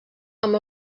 amb